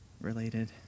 related